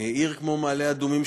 עיר כמו מעלה-אדומים,